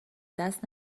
دست